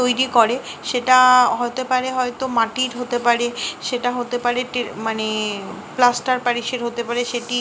তৈরি করে সেটা হতে পারে হয়তো মাটির হতে পারে সেটা হতে পারে মানে প্লাস্টার প্যারিসের হতে পারে সেটি